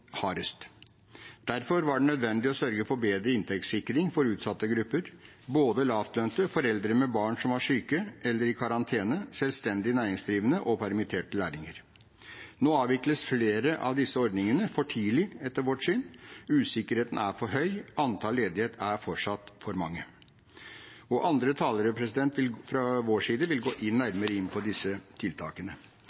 hardest. Derfor var det nødvendig å sørge for bedre inntektssikring for utsatte grupper, både lavtlønte, foreldre med barn som var syke eller i karantene, selvstendig næringsdrivende og permitterte lærlinger. Nå avvikles flere av disse ordningene – for tidlig, etter vårt syn. Usikkerheten er for høy, antall ledige er fortsatt for mange. Andre talere fra vår side vil gå